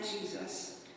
Jesus